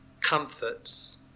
comforts